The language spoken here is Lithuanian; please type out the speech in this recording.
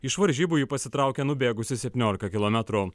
iš varžybų ji pasitraukė nubėgusi septyniolika kilometrų